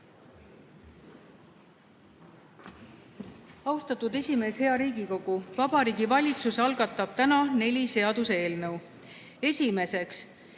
Austatud esimees! Hea Riigikogu! Vabariigi Valitsus algatab täna neli seaduseelnõu. Esiteks,